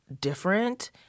different